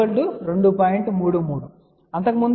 33 మనము అంతకుముందు 0